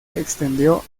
extendió